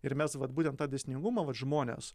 ir mes vat būtent tą dėsningumą vat žmones